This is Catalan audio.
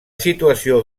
situació